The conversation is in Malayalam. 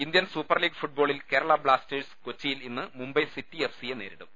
ഇന്ത്യൻ സൂപ്പർലീഗ് ഫൂട്ബോളിൽ കേരള ബ്ലാസ്റ്റേഴ്സ് കൊച്ചിയിൽ ഇന്ന് മുംബൈ സിറ്റി എഫ് സിയെ നേരിടും